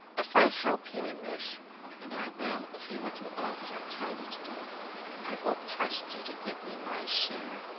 if i help you in this and i will if you will do all that i tell you to do i will trust you to give me my share.